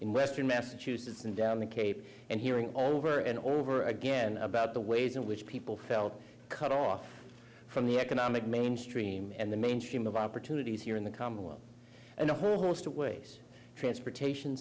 in western massachusetts and down the cape and hearing over and over again about the ways in which people felt cut off from the economic mainstream and the mainstream of opportunities here in the commonwealth and the host of ways transportation